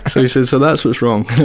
so he says so that's what's wrong.